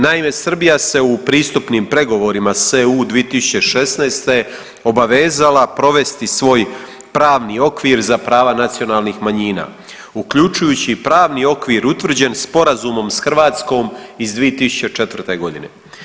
Naime, Srbija se u pristupnim pregovorima s EU 2016. obavezala provesti svoj pravni okvir za prava nacionalnih manjina uključujući i pravni okvir utvrđen Sporazumom s Hrvatskom iz 2004. godine.